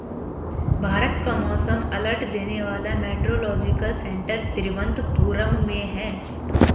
भारत का मौसम अलर्ट देने वाला मेट्रोलॉजिकल सेंटर तिरुवंतपुरम में है